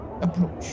approach